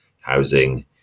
housing